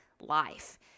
life